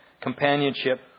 companionship